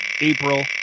April